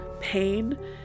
pain